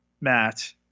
Matt